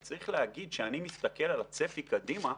וצריך להגיד, כשאני מסתכל על הצפי קדימה,